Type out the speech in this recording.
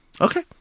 Okay